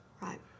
Right